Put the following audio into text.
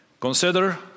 consider